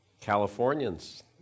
Californians